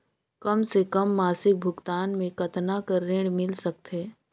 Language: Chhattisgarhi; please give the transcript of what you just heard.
कम से कम मासिक भुगतान मे कतना कर ऋण मिल सकथे?